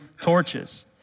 torches